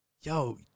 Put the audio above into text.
yo